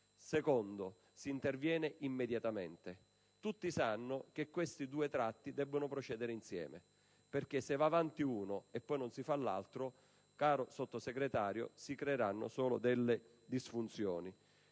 luogo, si interviene immediatamente. Tutti sanno che queste due tratte debbono procedere insieme perché se va avanti una e non si fa l'altra, caro Sottosegretario, si creeranno solo delle disfunzioni.